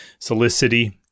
Solicity